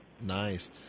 Nice